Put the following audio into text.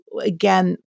again